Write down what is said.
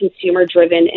consumer-driven